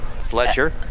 Fletcher